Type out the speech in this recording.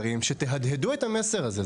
שתהדהדו את המסר הזה.